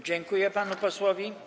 Dziękuję panu posłowi.